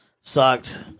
sucked